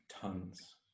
Tons